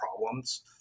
problems